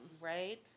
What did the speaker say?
Right